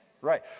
Right